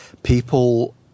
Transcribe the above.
People